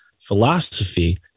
philosophy